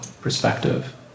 perspective